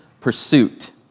pursuit